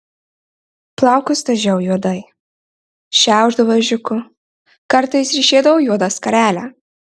plaukus dažiau juodai šiaušdavau ežiuku kartais ryšėdavau juodą skarelę